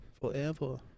Forever